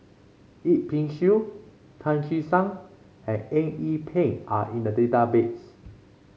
Yip Pin Xiu Tan Che Sang and Eng Yee Peng are in the database